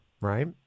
Right